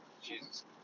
Jesus